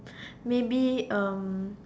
maybe um